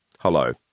Hello